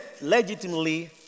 legitimately